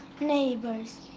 neighbors